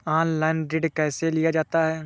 Online ऋण कैसे लिया जाता है?